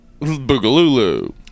Boogaloo